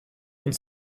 und